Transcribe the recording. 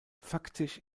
faktisch